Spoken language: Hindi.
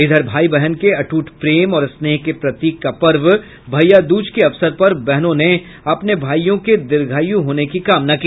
इधर भाई बहन के अटूट प्रेम और स्नेह के प्रतीक का पर्व भैया दूज के अवसर पर बहनों ने अपने भाईयों के दीर्घायु होने की कामना की